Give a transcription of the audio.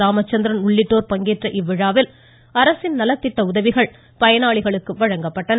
ராமச்சந்திரன் உள்ளிட்டோர் பங்கேற்ற இவ்விழாவில் அரசின் நலத்திட்ட உதவிகள் பயனாளிகளுக்கு வழங்கப்பட்டன